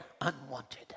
unwanted